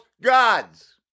gods